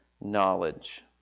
knowledge